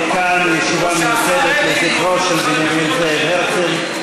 עד כאן ישיבה מיוחדת לזכרו של בנימין זאב הרצל.